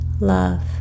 love